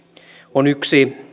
on yksi